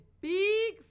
big